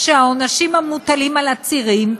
העונשים המוטלים על עצירים,